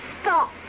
stop